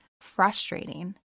frustrating